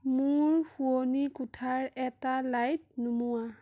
মোৰ শোৱনি কোঠাৰ এটা লাইট নুমুওৱা